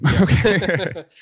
Okay